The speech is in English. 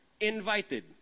invited